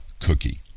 cookie